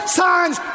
signs